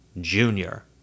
Junior